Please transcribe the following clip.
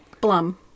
Blum